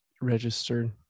registered